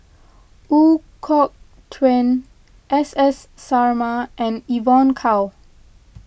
Ooi Kok Chuen S S Sarma and Evon Kow